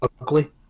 ugly